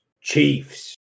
chiefs